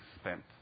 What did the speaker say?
spent